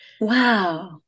Wow